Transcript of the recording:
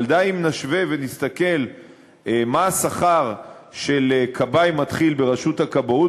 די אם נשווה ונסתכל מה השכר של כבאי מתחיל ברשות הכבאות,